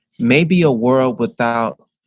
maybe a world without?